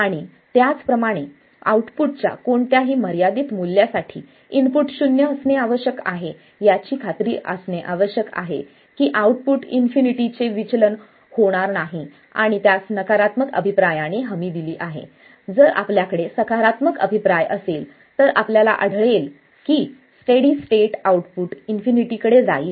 आणि त्याचप्रमाणे आऊटपुटच्या कोणत्याही मर्यादित मूल्यासाठी इनपुट शून्य असणे आवश्यक आहे याची खात्री असणे आवश्यक आहे की आउटपुट इन्फिनिटी चे विचलन होणार नाही आणि त्यास नकारात्मक अभिप्रायने हमी दिली आहे जर आपल्याकडे सकारात्मक अभिप्राय असेल तर आपल्याला आढळेल की स्टेडी स्टेट आउटपुट इन्फिनिटी कडे जाईल